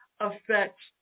affects